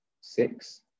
Six